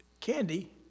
candy